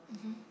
mmhmm